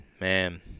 Man